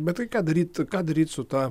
bet tai ką daryt ką daryt su ta